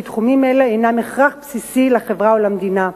תחומים אלה הם הכרח בסיסי לחברה ולמדינה.